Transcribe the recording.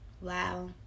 Wow